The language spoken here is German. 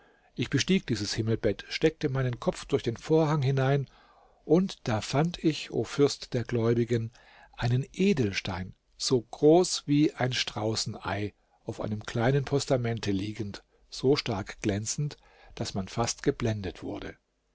ich bestieg dieses himmelbett steckte meinen kopf durch den vorhang hinein und da fand ich o fürst der gläubigen einen edelstein so groß wie ein straußen ei auf einem kleinen postamente liegend so stark glänzend daß man fast geblendet wurde